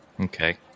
Okay